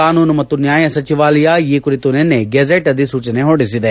ಕಾನೂನು ಮತ್ತು ನ್ಯಾಯ ಸಚಿವಾಲಯ ಈ ಕುರಿತು ನಿನ್ನೆ ಗೆಜೆಟ್ ಅಧಿಸೂಚನೆ ಹೊರಡಿಸಿದೆ